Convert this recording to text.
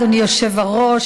אדוני היושב-ראש.